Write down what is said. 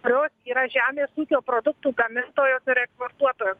kurios yra žemės ūkio produktų gamintojos ir eksportuotojos